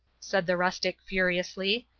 said the rustic furiously,